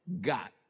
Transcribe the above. got